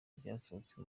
ryasohotse